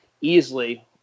easily